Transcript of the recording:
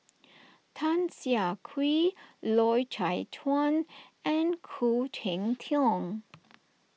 Tan Siah Kwee Loy Chye Chuan and Khoo Cheng Tiong